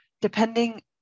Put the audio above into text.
depending